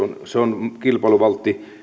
se on kilpailuvaltti